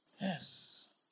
Yes